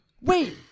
Wait